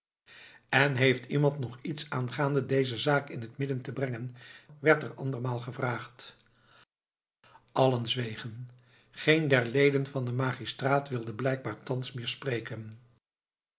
en heeft iemand nog iets aangaande deze zaak in het midden te brengen werd er andermaal gevraagd allen zwegen geen der leden van den magistraat wilde blijkbaar thans meer spreken